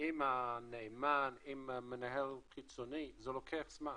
עם הנאמן, עם מנהל חיצוני, זה לוקח זמן.